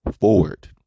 forward